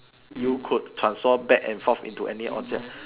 you could transform back and forth into any object